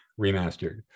remastered